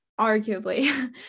arguably